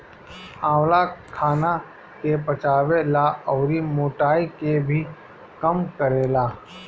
आंवला खाना के पचावे ला अउरी मोटाइ के भी कम करेला